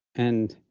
and,